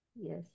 yes